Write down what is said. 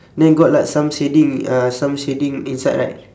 then got like some shading uh some shading inside right